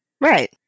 Right